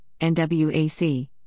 NWAC